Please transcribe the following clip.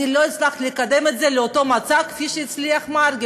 אני לא הצלחתי לקדם את זה לאותו מצב כפי שהצליח מרגי.